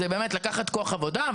זה לקחת כוח עבודה,